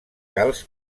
calç